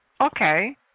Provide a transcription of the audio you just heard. Okay